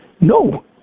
No